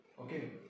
okay